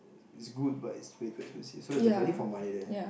is is good but is way too expensive so there's the value for money there